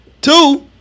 two